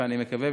ואני מקווה,